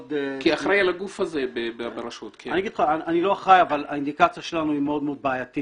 אני לא אחראי על זה אבל האינדיקציה שלנו היא מאוד מאוד בעייתית.